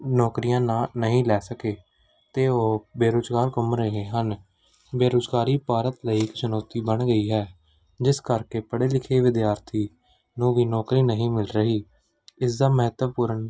ਨੌਕਰੀਆਂ ਨਾ ਨਹੀਂ ਲੈ ਸਕੇ ਅਤੇ ਉਹ ਬੇਰੁਜ਼ਗਾਰ ਘੁੰਮ ਰਹੇ ਹਨ ਬੇਰੁਜ਼ਗਾਰੀ ਭਾਰਤ ਲਈ ਚੁਣੌਤੀ ਬਣ ਗਈ ਹੈ ਜਿਸ ਕਰਕੇ ਪੜ੍ਹੇ ਲਿਖੇ ਵਿਦਿਆਰਥੀ ਨੂੰ ਵੀ ਨੌਕਰੀ ਨਹੀਂ ਮਿਲ ਰਹੀ ਇਸ ਦਾ ਮਹੱਤਵਪੂਰਨ